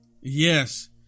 Yes